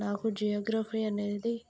నాకు జియోగ్రఫీ అనేది